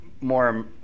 more